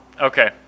Okay